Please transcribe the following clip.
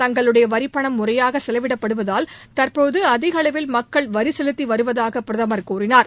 தங்களுடைய வரிப்பணம் முறையாக செலவிடப்படுவதால் தற்போது அதிக அளவில் மக்கள் வரி செலுத்தி வருவதாக பிரதமர் கூறினார்